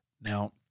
Now